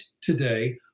today